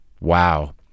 Wow